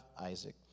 isaac